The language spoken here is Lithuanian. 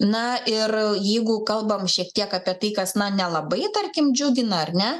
na ir jeigu kalbam šiek tiek apie tai kas na nelabai tarkim džiugina ar ne